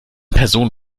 person